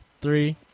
three